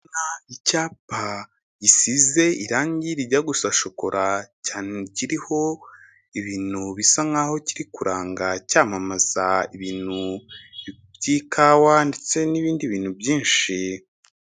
Murabona icyapa gisize irangi rijya gusa shokora kiriho ibintu bisa nkahoho kiri kuranga, cyamamaza ibintu by'ikawa ndetse n'ibindi bintu byinshi.